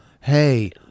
Hey